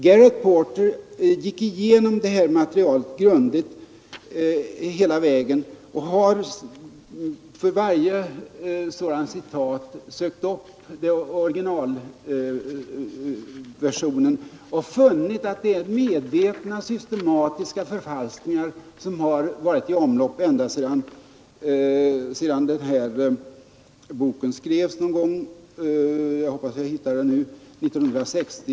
Gareth Porter gick igenom det här materialet grundligt och har för varje citat sökt upp orginalversionen. Han har därvid funnit att det är medvetet systematiska förfalskningar som har varit i omlopp ända sedan Hoang Van Chi skrev boken någon gång omkring 1960.